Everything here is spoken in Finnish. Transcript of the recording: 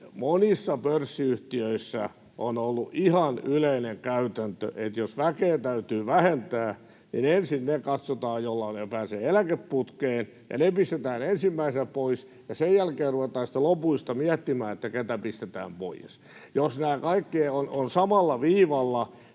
Monissa pörssiyhtiöissä on ollut ihan yleinen käytäntö, että jos väkeä täytyy vähentää, niin ensin katsotaan ne, jotka pääsevät eläkeputkeen, ja ne pistetään ensimmäisenä pois, ja sen jälkeen ruvetaan sitten lopuista miettimään, ketä pistetään pois. Jos nämä kaikki ovat samalla viivalla,